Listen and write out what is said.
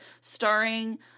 starring